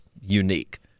unique